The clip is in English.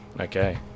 Okay